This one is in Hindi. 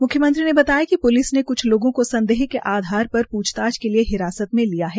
म्ख्यमंत्री ने बताया कि प्लिस ने क्छ लोगों का संदेह के आधार पर पूछताछ के लिये हिरासत में लिया है